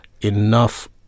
enough